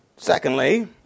Secondly